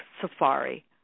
safari